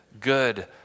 good